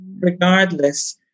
regardless